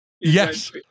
Yes